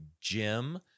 Jim